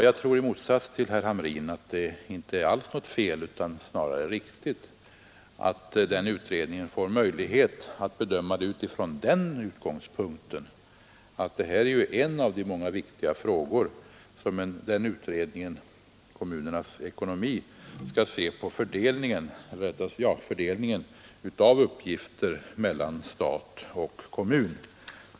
Jag anser i motsats till herr Hamrin att det inte alls är något fel utan snarare riktigt att frågan får bedömas från den utgångspunkten, att detta ju är ett av de många viktiga områden där utredningen om kommunernas ekonomi skall se på fördelningen av uppgifter mellan stat och kommun.